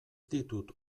ditut